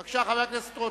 בבקשה, חבר הכנסת רותם.